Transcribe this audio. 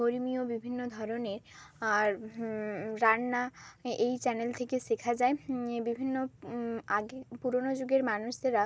ধর্মীয় বিভিন্ন ধরনের আর রান্না হ্যাঁ এই চ্যানেল থেকে শেখা যায় এ বিভিন্ন আগের পুরনো যুগের মানুষেরা